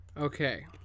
Okay